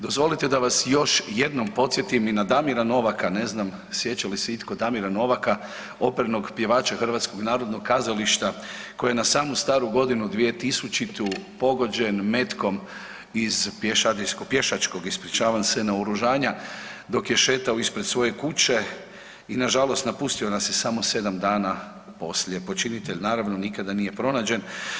Dozvolite da vas još jednom podsjetim i na Damira Novaka, ne znam sjeća li se itko Damira Novaka, opernog pjevača HNK koji je na samu Staru Godinu 2000. pogođen metkom iz pješadijskog, pješačkog, ispričavam se, naoružanja dok je šetao ispred svoje kuće i nažalost napustio nas je samo 7 dana poslije, počinitelj naravno nikada nije pronađen.